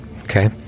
okay